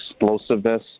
explosiveness